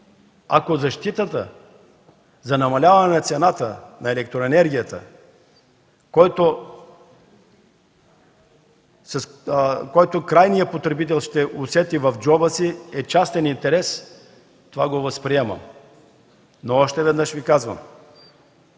Ако защитата за намаляване на цената на електроенергията, която крайният потребител ще усети в джоба си, е частен интерес, това го възприемам. Но още веднъж Ви казвам,